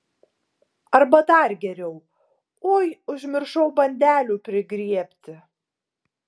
arba dar geriau oi užmiršau bandelių prigriebti